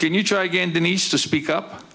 can you try again denise to speak up